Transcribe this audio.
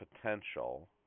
potential